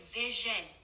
vision